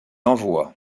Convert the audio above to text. envoie